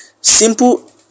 Simple